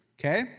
Okay